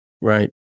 Right